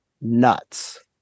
nuts